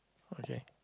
okay